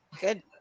good